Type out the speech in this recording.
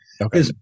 Okay